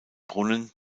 brunnen